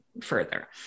further